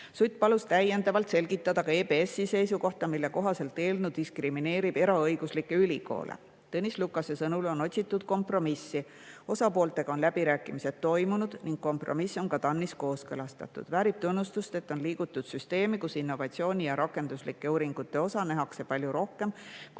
Sutt palus täiendavalt selgitada EBS-i seisukohta, mille kohaselt eelnõu diskrimineerib eraõiguslikke ülikoole. Tõnis Lukase sõnul on otsitud kompromissi. Osapooltega on läbirääkimised toimunud ning kompromiss on ka TAN-is kooskõlastatud. Väärib tunnustust, et on liigutud süsteemi, kus innovatsiooni ja rakenduslike uuringute osa nähakse palju rohkem